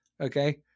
Okay